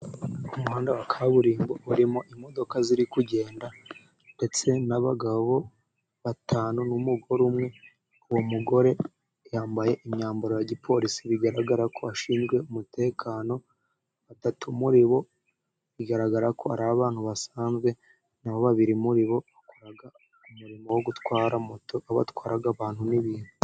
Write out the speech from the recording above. Umuhanda wa kaburimbo, urimo imodoka ziri kugenda, ndetse n'abagabo batanu n'umugore umwe, uwo mugore yambaye imyambaro ya gipolisi bigaragara ko ashinzwe umutekano, batatu muri bo bigaragara ko ari abana basanzwe, naho babiri muri bo, bakora umurimo wo gutwara moto aho batwara abantu n'ibintu.